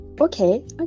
okay